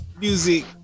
music